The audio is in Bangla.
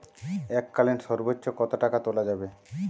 এককালীন সর্বোচ্চ কত টাকা তোলা যাবে?